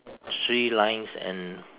three lines and